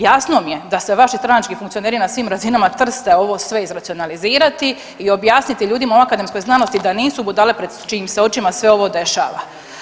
Jasno mi je da se vaši stranački funkcioneri na svim razinama ... ovo sve izracionalizirati i objasniti ljudima u akademskoj znanosti da nisu budale pred čijim se očima sve ovo dešava.